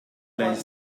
lane